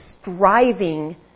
striving